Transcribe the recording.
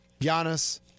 Giannis